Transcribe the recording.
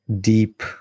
deep